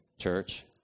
church